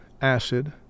Acid